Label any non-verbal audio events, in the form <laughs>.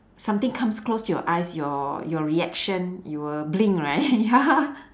something comes close to your eyes your your reaction you will blink right <laughs> ya